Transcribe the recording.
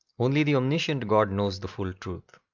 only the omniscient god knows the full truth.